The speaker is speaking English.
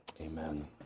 amen